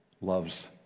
loves